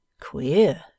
Queer